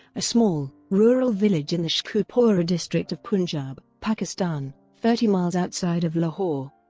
a small, rural village in the sheikhupura district of punjab, pakistan, thirty miles outside of lahore.